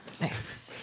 Nice